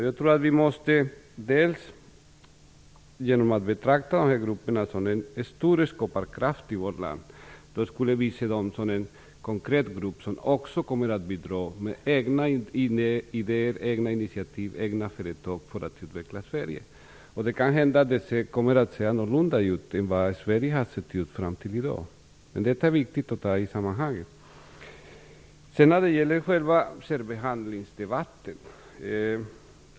Jag tror att vi genom att betrakta dessa grupper som en stor skaparkraft i vårt land också skulle börja se dem som en konkret grupp som kommer att bidra med egna idéer, initiativ och företag för att utveckla Sverige. Det kan hända att Sverige kommer att se annorlunda ut jämfört med hur det har gjort fram till i dag. Detta är viktigt att ta med i sammanhanget. Sedan gäller det själva särbehandlingsdebatten.